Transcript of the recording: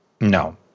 no